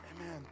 Amen